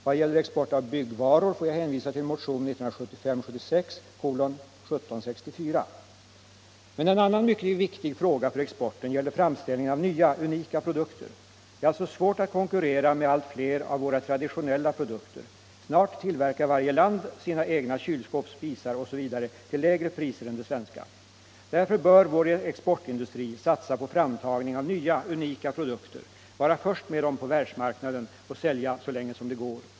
Vad gäller export av byggvaror får jag hänvisa till motionen 1975/76:1764. Men en annan mycket viktig fråga för exporten gäller framställningen av nya, unika produkter. Det är alltså svårt att konkurrera när det gäller Allmänpolitisk debatt debatt allt fler av våra traditionella produkter. Snart tillverkar varje land sina egna kylskåp, spisar osv. till lägre priser än de svenska. Därför bör vår exportindustri satsa på framtagning av nya, unika produkter, vara först med dem på världsmarknaden och sälja så länge som det går.